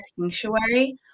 sanctuary